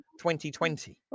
2020